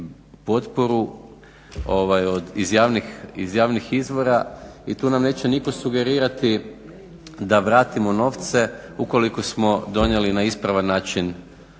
potporu iz javnih izvora i tu nam neće nitko sugerirati da vratimo novce ukoliko smo donijeli na ispravan način